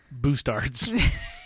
boostards